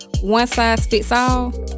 one-size-fits-all